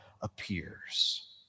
appears